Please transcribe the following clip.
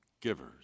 givers